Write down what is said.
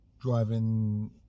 driving